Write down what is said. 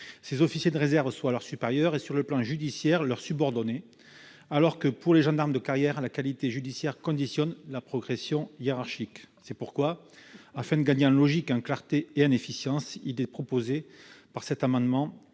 ces officiers de réserve soient, sur un plan militaire, leurs supérieurs et, sur un plan judiciaire, leurs subordonnés, alors que, pour les gendarmes de carrière, la qualité judiciaire conditionne la progression hiérarchique. C'est pourquoi, afin de gagner en logique, en clarté et en efficience, nous proposons cet amendement